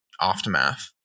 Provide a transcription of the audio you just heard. aftermath